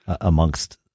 amongst